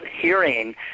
hearing